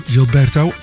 Gilberto